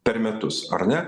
per metus ar ne